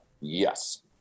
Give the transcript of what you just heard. Yes